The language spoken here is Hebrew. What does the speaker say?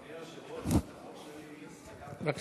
אדוני היושב-ראש, תרשה